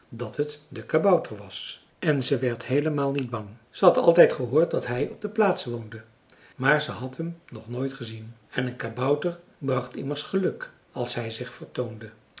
dat het de kabouter was en ze werd heelemaal niet bang ze had altijd gehoord dat hij op de plaats woonde maar ze had hem nog nooit gezien en een kabouter bracht immers geluk als hij zich vertoonde